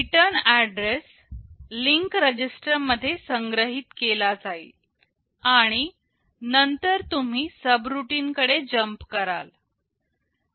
return address link register मध्ये संग्रहित केला जाईल आणि नंतर तुम्ही सबरूटीन कडे जम्प कराल